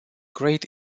great